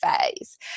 phase